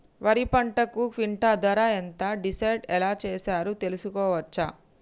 వరి పంటకు క్వింటా ధర ఎంత డిసైడ్ ఎలా చేశారు తెలుసుకోవచ్చా?